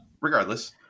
Regardless